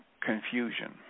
confusion